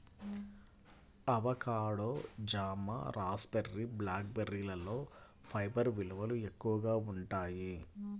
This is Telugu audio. అవకాడో, జామ, రాస్బెర్రీ, బ్లాక్ బెర్రీలలో ఫైబర్ విలువలు ఎక్కువగా ఉంటాయి